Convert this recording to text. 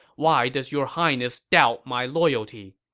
why does your highness doubt my loyalty?